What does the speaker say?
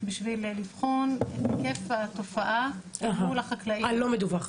בשביל לבחון את היקף התופעה מול החקלאים.